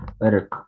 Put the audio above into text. Later